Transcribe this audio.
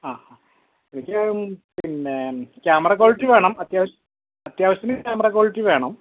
ആ എനിക്ക് പിന്നെ ക്യാമറ ക്വാളിറ്റി വേണം അത്യാവശ്യ അത്യാവശ്യത്തിനു ക്യാമറ ക്വാളിറ്റി വേണം